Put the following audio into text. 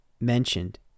mentioned